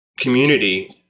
Community